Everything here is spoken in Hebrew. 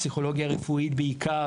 פסיכולוגיה רפואית בעיקר,